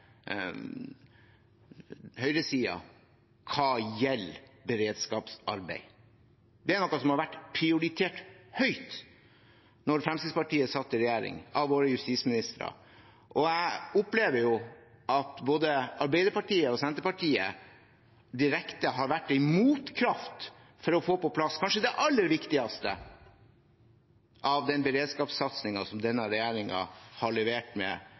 hva gjelder beredskapsarbeid. Det er noe som har vært prioritert høyt av våre justisministre da Fremskrittspartiet satt i regjering. Jeg opplever at både Arbeiderpartiet og Senterpartiet direkte har vært en motkraft med hensyn til å få på plass kanskje det aller viktigste av den beredskapssatsingen som denne regjeringen har levert med